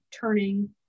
turning